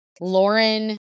Lauren